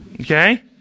Okay